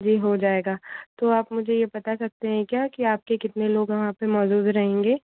जी हो जाएगा तो आप मुझे ये बता सकते हैं क्या कि आपके कितने लोग वहाँ पर मौजूद रहेंगे